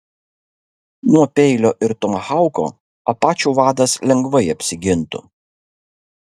nuo peilio ir tomahauko apačių vadas lengvai apsigintų